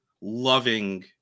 loving